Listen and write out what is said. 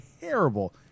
terrible